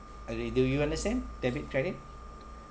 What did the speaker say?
okay do you understand debit credit